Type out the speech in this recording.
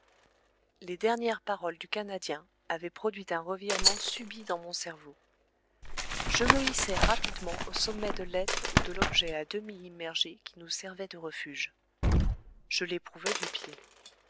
les dernières paroles du canadien avaient produit un revirement subit dans mon cerveau je me hissai rapidement au sommet de l'être ou de l'objet à demi immergé qui nous servait de refuge je l'éprouvai du pied